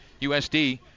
USD